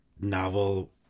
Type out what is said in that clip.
novel